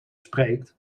spreekt